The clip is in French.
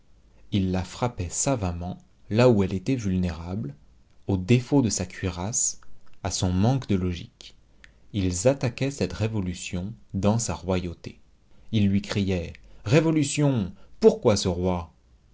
ils la frappaient savamment là où elle était vulnérable au défaut de sa cuirasse à son manque de logique ils attaquaient cette révolution dans sa royauté ils lui criaient révolution pourquoi ce roi